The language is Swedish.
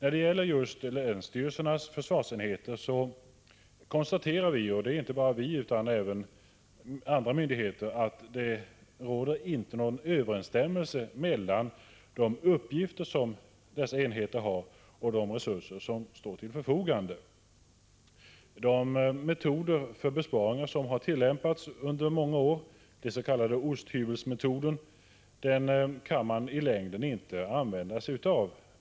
I fråga om länsstyrelsernas försvarsenheter konstaterar vi — och inte bara vi utan även vissa myndigheter — att det inte råder någon överensstämmelse mellan de uppgifter som dessa enheter har och de resurser som står till förfogande. Den metod för besparingar som har tillämpats under många år, den s.k. osthyvelsmetoden, kan man inte använda i längden.